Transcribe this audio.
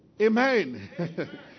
Amen